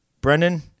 Brendan